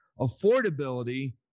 affordability